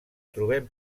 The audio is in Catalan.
trobem